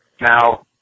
Now